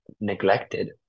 neglected